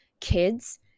kids